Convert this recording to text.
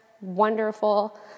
wonderful